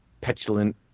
petulant